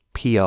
PR